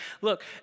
Look